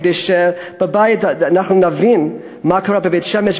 כדי שאנחנו בבית נבין מה קרה בבית-שמש,